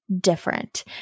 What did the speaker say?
different